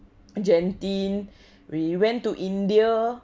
genting we went to india